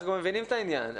אנחנו מבינים את העניין,